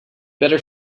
better